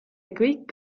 kõik